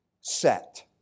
set